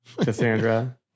Cassandra